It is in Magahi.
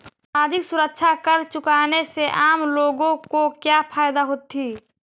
सामाजिक सुरक्षा कर चुकाने से आम लोगों को क्या फायदा होतइ